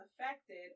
affected